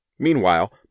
Meanwhile